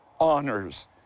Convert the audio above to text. honors